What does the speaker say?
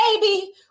baby